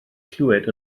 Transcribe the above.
clywed